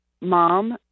mom